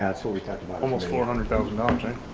that's what we talked about. almost four hundred thousand object